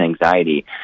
anxiety